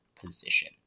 position